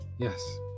Yes